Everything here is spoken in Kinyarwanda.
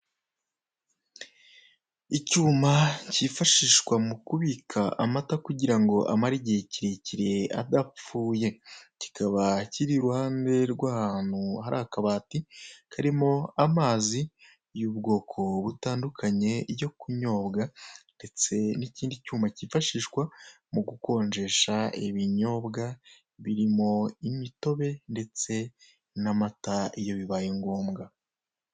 Icyuma kifashishwa mu kubika amata kugira ngo amare igihe kirekire adapfuye kikaba kiri iruhande rw'ahantu hari akabati karimo amazi y'ubwoko butandukanye yo kunyobwa ndetse n'ikindi cyuma kifashishwa mu gukonjesha ibinyobwa birimo imitobe ndetse n'amata iyo bibaye ngombwa.